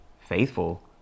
faithful